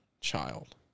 child